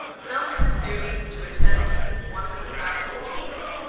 felt it his duty to attend one of his client's teas,